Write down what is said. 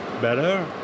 better